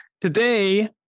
Today